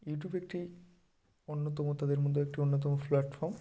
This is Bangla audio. ইউটিউব একটি অন্যতম তাদের মধ্যে একটি অন্যতম প্ল্যাটফর্ম